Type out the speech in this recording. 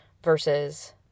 versus